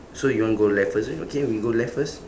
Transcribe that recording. so you want go left first okay we go left first